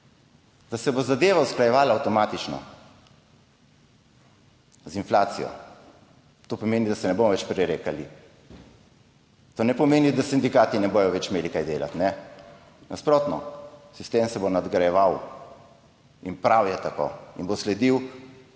Da se bo zadeva usklajevala avtomatično z inflacijo. To pomeni, da se ne bomo več prerekali. To ne pomeni, da sindikati ne bodo več imeli kaj delati. Nasprotno, sistem se bo nadgrajeval in prav je tako in bo sledil